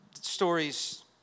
stories